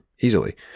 easily